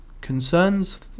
concerns